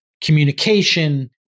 communication